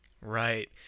right